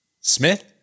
Smith